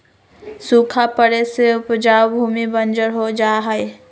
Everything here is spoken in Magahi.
सूखा पड़े से उपजाऊ भूमि बंजर हो जा हई